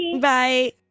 Bye